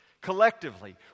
collectively